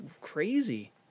crazy